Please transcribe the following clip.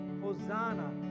Hosanna